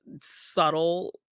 subtle